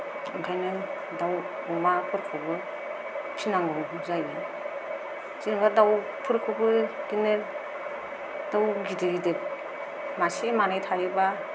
ओंखायनो दाउ अमाफोरखौबो फिसिनांगौ जायो जेनेबा दाउफोरखौबो बिदिनो दाउ गिदिर गिदिर मासे मानै थायोबा